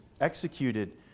executed